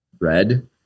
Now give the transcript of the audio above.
Red